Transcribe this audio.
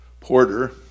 Porter